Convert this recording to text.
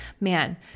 man